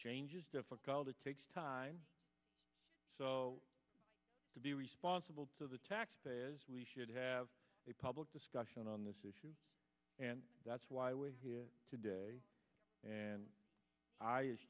change is difficult it takes time to be responsible to the taxpayers we should have a public discussion on this issue and that's why we're here today and